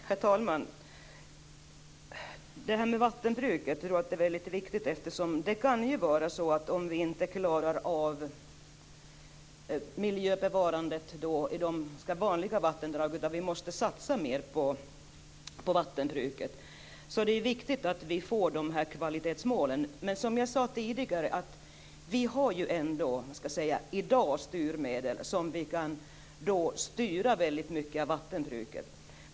Herr talman! Frågorna om vattenbruket tror jag är mycket viktiga. Om vi inte klarar av miljöbevarandet i de vanliga vattendragen, utan måste satsa mer på vattenbruket, är det viktigt att vi får de här kvalitetsmålen. Men som jag sade tidigare har vi i dag styrmedel så att vi kan styra väldigt mycket av vattenbruket.